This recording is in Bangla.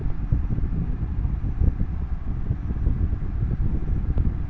সামাজিক প্রকল্পের টাকা পাবার জন্যে কি নির্দিষ্ট কোনো ব্যাংক এর একাউন্ট লাগে?